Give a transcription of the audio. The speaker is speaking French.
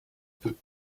peu